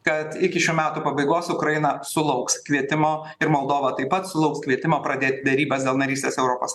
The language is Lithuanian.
kad iki šių metų pabaigos ukraina sulauks kvietimo ir moldova taip pat sulauks kvietimo pradėt derybas dėl narystės europos